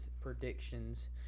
predictions